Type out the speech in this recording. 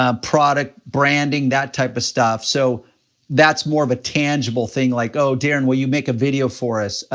ah product branding, that type of stuff, so that's more of a tangible thing, like, oh, darren, will you make a video for us?